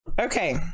Okay